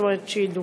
זאת אומרת, שידעו.